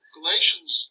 Galatians